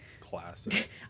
Classic